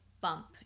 bump